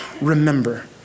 remember